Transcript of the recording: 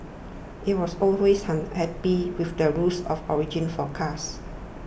it was always unhappy with the rules of origin for cars